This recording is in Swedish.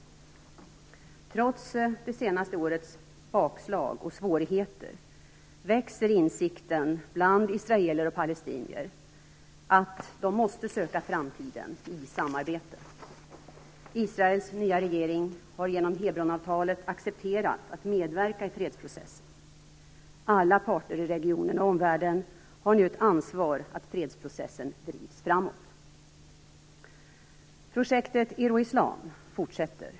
Trots det senaste årets bakslag och svårigheter växer insikten bland israeler och palestinier att de måste söka framtiden i samarbete. Israels nya regering har genom Hebronavtalet accepterat att medverka i fredsprocessen. Alla parter i regionen och omvärlden har nu ett ansvar för att fredsprocessen drivs framåt. Projektet Euroislam fortsätter.